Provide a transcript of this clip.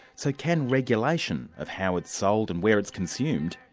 so can regulation of how it's sold and where it's consumed,